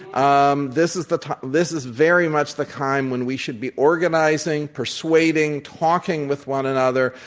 um this is the time this is very much the time when we should be organizing, persuading, talking with one another